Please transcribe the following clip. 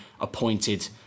appointed